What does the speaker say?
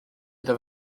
iddo